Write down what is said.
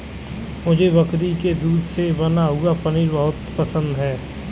मुझे बकरी के दूध से बना हुआ पनीर बहुत पसंद है